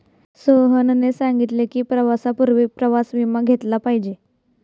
सोहेलने सांगितले की, प्रवासापूर्वी प्रवास विमा घेतला पाहिजे